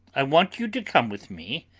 i want you to come with me,